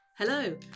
Hello